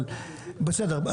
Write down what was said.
אבל בסדר,